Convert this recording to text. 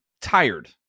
tired